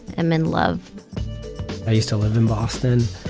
am in love i used to live in boston.